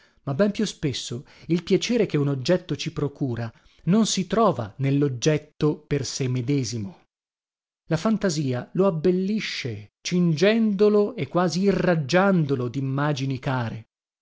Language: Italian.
ma ben più spesso il piacere che un oggetto ci procura non si trova nelloggetto per se medesimo la fantasia lo abbellisce cingendolo e quasi irraggiandolo dimmagini care